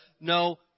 No